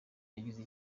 yageze